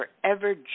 forever